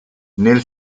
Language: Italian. nel